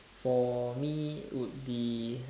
for me would be